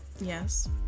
Yes